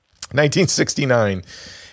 1969